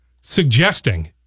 suggesting